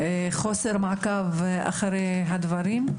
חוסר מודעות, בגלל חוסר מעקב אחרי הדברים.